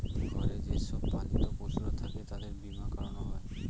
ঘরে যে সব পালিত পশুরা থাকে তাদের বীমা করানো হয়